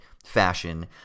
fashion